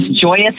joyous